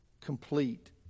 complete